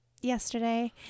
yesterday